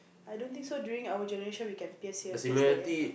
I don't think so during our generation we can pierce there pierce there